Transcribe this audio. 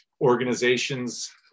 organizations